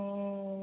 ம் ம்